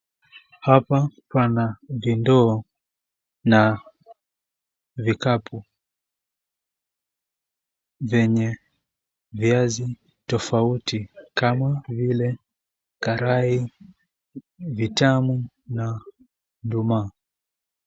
Hapa pana lindoo na vikapu vyenye viazi tofauti kama vile karai, vitamu na nduma .